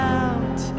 out